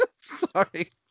Sorry